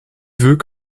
veut